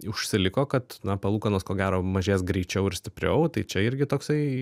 užsiliko kad na palūkanos ko gero mažės greičiau ir stipriau tai čia irgi toksai